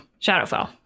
Shadowfell